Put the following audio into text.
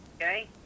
Okay